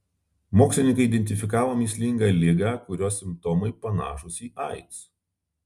mokslininkai identifikavo mįslingą ligą kurios simptomai panašūs į aids